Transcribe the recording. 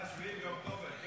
אתה מדבר על 7 באוקטובר?